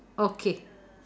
okay